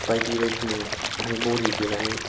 बायदि बायदिनो बरि देनानै